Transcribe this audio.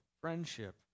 friendship